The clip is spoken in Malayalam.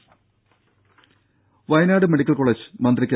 രുഭ വയനാട് മെഡിക്കൽ കോളജ് മന്ത്രി കെ